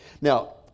Now